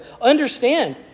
Understand